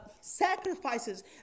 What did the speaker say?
sacrifices